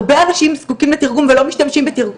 הרבה אנשים זקוקים לתרגום ולא משתמשים בתרגום.